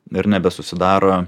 ir nebesusidaro